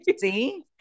See